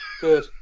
good